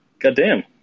Goddamn